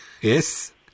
Yes